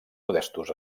modestos